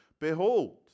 Behold